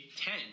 ten